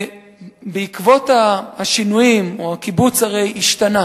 הקיבוץ הרי השתנה